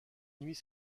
nuit